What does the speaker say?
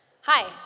Hi